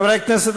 חברי הכנסת,